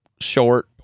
short